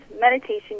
meditation